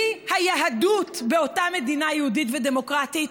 והיא היהדות באותה מדינה יהודית ודמוקרטית,